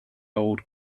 old